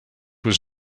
was